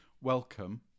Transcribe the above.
Welcome